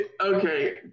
Okay